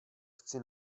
chci